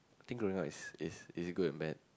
think growing up is is is good and bad